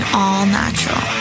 all-natural